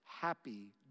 happy